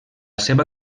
seva